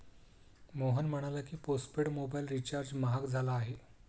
मोहन म्हणाला की, postpaid mobile recharge महाग झाला आहे